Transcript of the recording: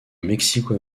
mexico